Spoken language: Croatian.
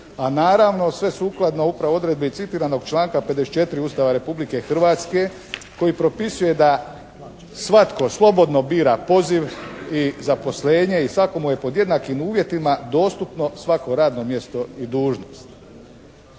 a naravno sve sukladno upravo odredbi citiranog članka 54. Ustava Republike Hrvatske koji pripisuje da, svatko slobodno bira poziv i zaposlenje i svakome je pod jednakim uvjetima dostupno svako radno mjesto i dužnost.